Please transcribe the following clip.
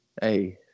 Hey